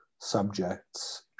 subjects